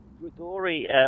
Grigori